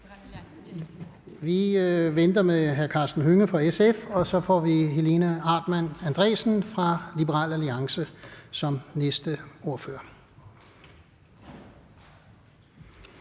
Vi venter med hr. Karsten Hønge fra SF, og så får vi Helena Artmann Andresen fra Liberal Alliance som næste ordfører.